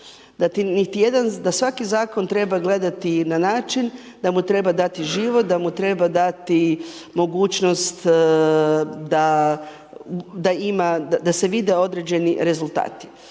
da svaki zakon treba gledati na način da mu treba dati život, da mu treba dati mogućnost da ima, da se vide određeni rezultati.